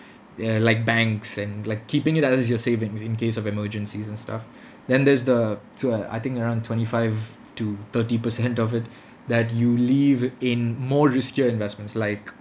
uh like banks and like keeping it as your savings in case of emergencies and stuff then there's the t~ I think around twenty five to thirty per cent of it that you leave in more riskier investments like